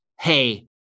hey